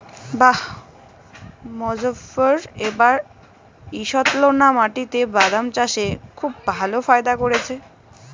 বাঃ মোজফ্ফর এবার ঈষৎলোনা মাটিতে বাদাম চাষে খুব ভালো ফায়দা করেছে